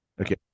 Okay